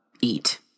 eat